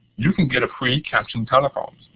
you can get a free captioned telephone.